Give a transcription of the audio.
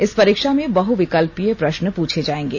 इस परीक्षा में बहुविकल्पीय प्रश्न पूछे जाएंगे